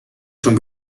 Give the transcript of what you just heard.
schon